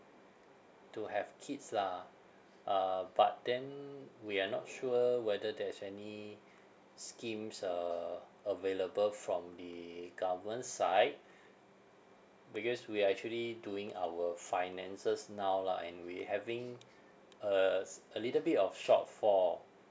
to have kids lah uh but then we are not sure whether there's any schemes uh available from the government side because we are actually doing our finances now lah and we having uh uh s~ a little bit of shortfall